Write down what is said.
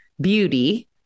BEAUTY